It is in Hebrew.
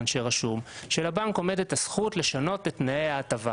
שרשום בו שלבנק עומדת הזכות לשנות את תנאי ההטבה.